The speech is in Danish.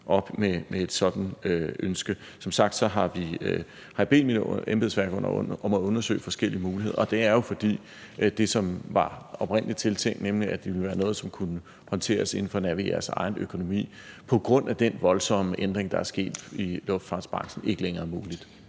op med et sådant ønske. Som sagt har jeg bedt mit embedsværk om at undersøge forskellige muligheder, og det er jo, fordi det, som oprindelig var tiltænkt, nemlig at det ville være noget, som kunne håndteres inden for Naviairs egen økonomi, på grund af den voldsomme ændring, der er sket i luftfartsbranchen, ikke længere er muligt.